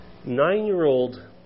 Nine-year-old